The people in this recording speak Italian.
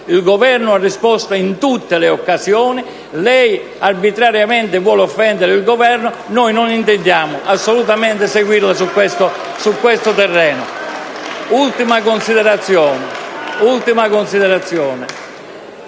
Il Governo ha risposto in tutte le occasioni. Lei arbitrariamente vuole offendere il Governo, ma noi non intendiamo assolutamente seguirla su questo terreno. *(Applausi dal